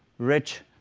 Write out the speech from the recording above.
rich,